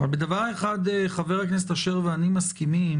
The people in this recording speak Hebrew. אבל בדבר אחד חבר הכנסת אשר ואני מסכימים,